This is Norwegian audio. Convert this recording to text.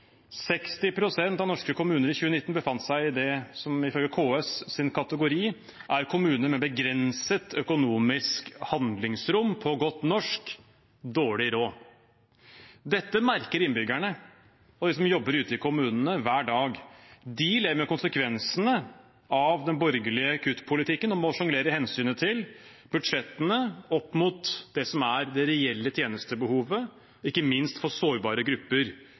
av norske kommuner i 2019 befant seg i den kategorien som ifølge KS er kommuner med begrenset økonomisk handlingsrom – på godt norsk: dårlig råd. Dette merker innbyggerne og de som jobber ute i kommunene, hver dag. De lever med konsekvensene av den borgerlige kuttpolitikken og må sjonglere hensynet til budsjettene opp mot det som er det reelle tjenestebehovet, ikke minst for sårbare grupper,